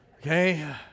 Okay